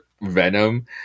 venom